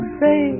say